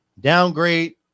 Downgrade